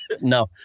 No